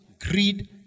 greed